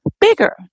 bigger